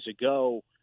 ago